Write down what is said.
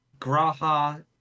Graha